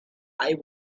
eye